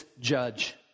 judge